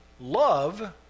love